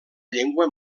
llengua